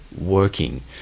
working